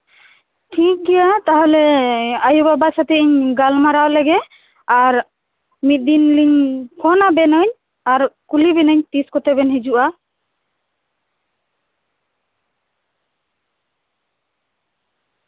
ᱴᱷᱤᱠ ᱜᱮᱭᱟ ᱛᱟᱦᱞᱮ ᱟᱭᱳᱼᱵᱟᱵᱟ ᱥᱟᱶᱛᱮᱧ ᱜᱟᱞᱢᱟᱨᱟᱣ ᱞᱮᱜᱮ ᱟᱨ ᱢᱤᱫ ᱫᱤᱱᱤᱧ ᱯᱷᱳᱱᱟᱵᱮᱱᱟᱹᱧ ᱟᱨ ᱠᱩᱞᱤ ᱵᱤᱱᱟᱹᱧ ᱛᱤᱥ ᱠᱚᱛᱮᱵᱮᱱ ᱦᱤᱡᱩᱜᱼᱟ